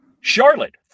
Charlotte